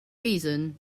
reason